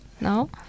no